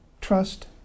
trust